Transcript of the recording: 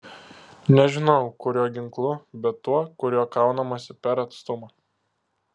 nežinojau kuriuo ginklu bet tuo kuriuo kaunamasi per atstumą